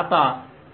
आता